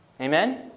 Amen